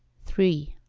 three.